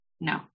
No